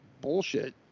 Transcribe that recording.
bullshit